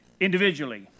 individually